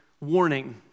warning